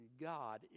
God